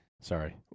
Sorry